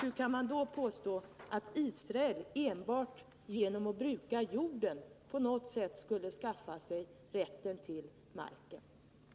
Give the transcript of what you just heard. Hur kan man då påstå att Israel enbart genom att bruka jorden skulle skaffa sig rätten till marken?